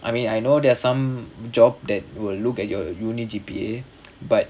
I mean I know there are some job that will look at your university G_P_A but